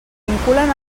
vinculen